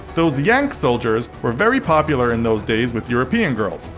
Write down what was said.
those yank soldiers were very popular in those days with european girls.